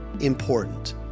important